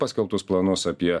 paskelbtus planus apie